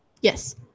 yes